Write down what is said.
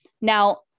Now